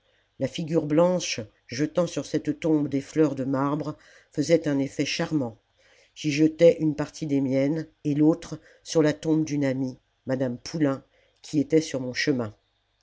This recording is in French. la figure blanche jetant sur cette tombe des fleurs de marbre faisait un effet charmant j'y jetai une partie des miennes et l'autre sur la tombe d'une amie madame poulain qui était sur mon chemin